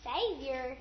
Savior